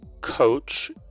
coach